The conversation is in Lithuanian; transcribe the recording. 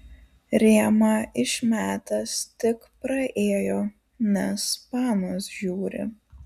rėmą išmetęs tik praėjo nes panos žiūri